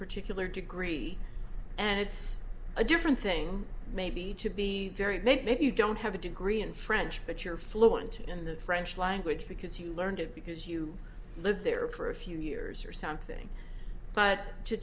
particular degree and it's a different thing maybe to be very big maybe you don't have a degree in french but you're fluent in the french language because you learned it because you lived there for a few years or something but to